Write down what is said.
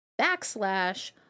backslash